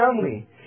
family